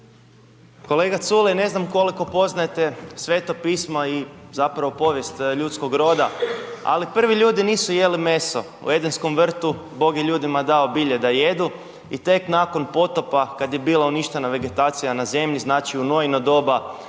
Kolega Culej, ne znam koliko poznajete Sveto pismo i zapravo povijest ljudskog roda, ali prvi ljudi nisu jeli meso. U Edenskom vrtu, Bog je ljudima dao bilje da jedu i tek nakon potopa kad je bila uništena vegetacija na zemlji, znači u Noino doba